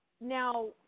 Now